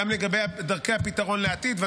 גם לגבי דרכי הפתרון לעתיד.